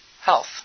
health